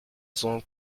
sont